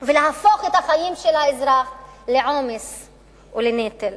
ולהפוך את החיים של האזרח לעומס ולנטל?